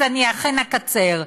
אז אני אכן אקצר.